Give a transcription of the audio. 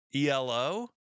ELO